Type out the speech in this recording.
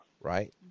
right